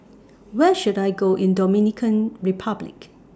Where should I Go in Dominican Republic